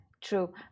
True